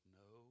no